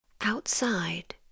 Outside